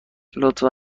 لطفا